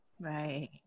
Right